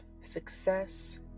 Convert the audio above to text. success